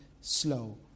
slow